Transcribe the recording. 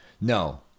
No